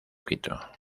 quito